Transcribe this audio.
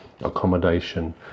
accommodation